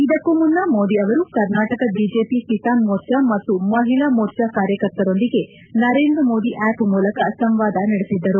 ಇದಕ್ಕೂ ಮುನ್ನ ಮೋದಿ ಅವರು ಕರ್ನಾಟಕ ಬಿಜೆಪಿ ಕಿಸಾನ್ ಮೋರ್ಚಾ ಮತ್ತು ಮಹಿಳಾ ಮೋರ್ಚಾ ಕಾರ್ಯಕರ್ತರೊಂದಿಗೆ ನರೇಂದ್ರ ಮೋದಿ ಆ್ಲಪ್ ಮೂಲಕ ಸಂವಾದ ನಡೆಸಿದ್ದರು